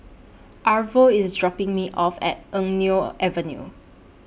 Arvo IS dropping Me off At Eng Neo Avenue